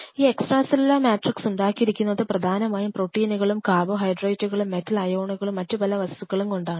ഈ extra cellular matrix ഉണ്ടാക്കിയിരിക്കുന്നത് പ്രധാനമായും പ്രോട്ടീനുകളും കാർബോഹൈഡ്രേറ്റുകളും മെറ്റൽ അയോണുകളും മറ്റു പല വസ്തുക്കളും കൊണ്ടാണ്